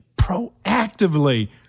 proactively